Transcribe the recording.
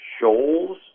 shoals